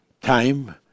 time